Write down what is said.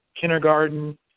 kindergarten